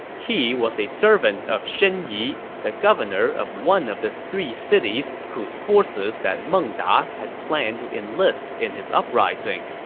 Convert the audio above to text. he was a servant of shen yi, the governor of one of the three cities whose forces that meng da had planned to enlist in his uprising.